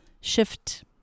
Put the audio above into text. shift